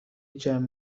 جمع